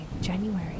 January